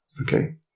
Okay